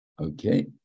Okay